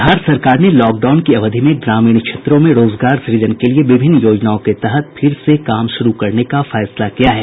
बिहार सरकार ने लॉकडाउन की अवधि में ग्रामीण क्षेत्रों में रोजगार सुजन के लिए विभिन्न योजनाओं के तहत फिर से काम शुरू करने का फैसला किया है